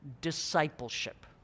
discipleship